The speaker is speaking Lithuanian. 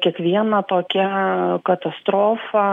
kiekviena tokia katastrofa